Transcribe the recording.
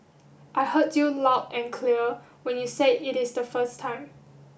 I heard you loud and clear when you said it is the first time